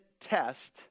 test